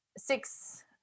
six